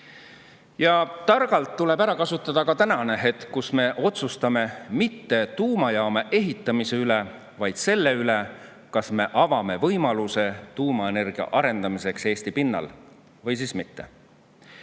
Ja targalt tuleb ära kasutada ka tänane hetk, kus me otsustame mitte tuumajaama ehitamise üle, vaid selle üle, kas me avame võimaluse tuumaenergia arendamiseks Eesti pinnal või siis mitte.